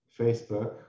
Facebook